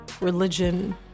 religion